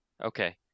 Okay